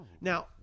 Now